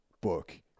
book